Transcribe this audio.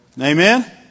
Amen